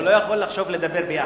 הוא לא יכול לחשוב ולדבר ביחד.